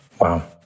wow